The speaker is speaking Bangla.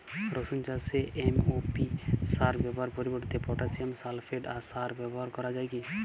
রসুন চাষে এম.ও.পি সার ব্যবহারের পরিবর্তে পটাসিয়াম সালফেট সার ব্যাবহার করা যায় কি?